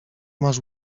masz